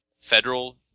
Federal